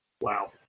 Wow